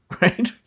right